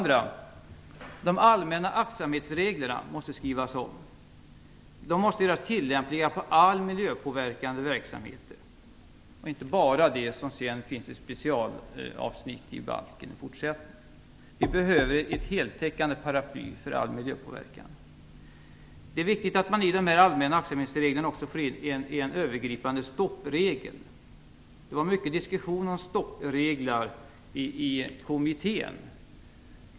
De allmänna aktsamhetsreglerna måste skrivas om. De måste göras tillämpliga på all miljöpåverkande verksamhet, inte bara på sådant som finns i specialavsnitt i balken. Vi behöver ett heltäckande paraply för all miljöpåverkan. Det är viktigt att man i de allmänna aktsamhetsreglerna också får in en övergripande stoppregel. Det var mycket diskussion om stoppregler i kommittén.